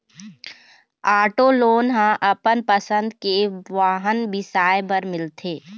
auto loan ह अपन पसंद के वाहन बिसाए बर मिलथे